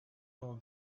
all